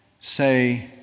say